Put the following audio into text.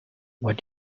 what